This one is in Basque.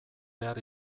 behar